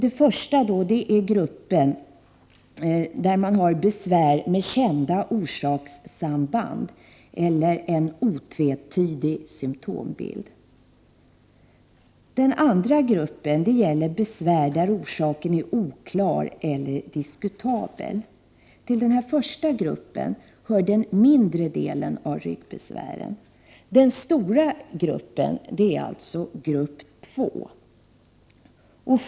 Den första gruppen gäller besvär med kända orsakssamband eller en otvetydig symtombild. Den andra gruppen gäller besvär där orsaken är oklar eller diskutabel. Till den första gruppen hör endast en mindre del av ryggbesvären. Den stora gruppen är grupp två.